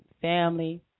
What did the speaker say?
family